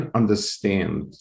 understand